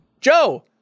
Joe